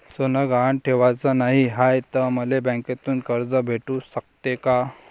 सोनं गहान ठेवाच नाही हाय, त मले बँकेतून कर्ज भेटू शकते का?